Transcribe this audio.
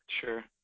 Sure